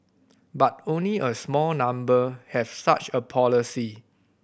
but only a small number have such a policy